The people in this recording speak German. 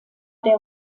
der